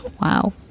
wow